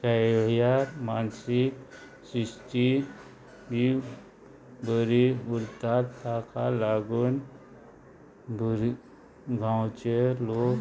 खेळया मानसीक शिस्ती बी बरी उरतात ताका लागून बरी गांवचे लोक